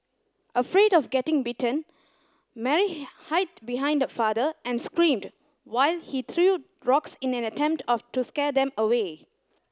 afraid of getting bitten Mary hide behind her father and screamed while he threw rocks in an attempt of to scare them away